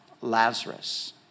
Lazarus